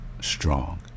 strong